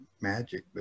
magic